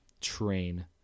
train